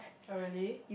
oh really